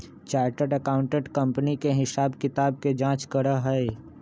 chartered accountant company के हिसाब किताब के जाँच करा हई